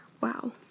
Wow